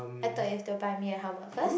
I thought you will still buy me a helmet first